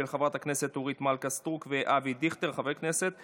לוועדה שתקבע ועדת הכנסת נתקבלה.